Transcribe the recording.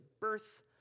birth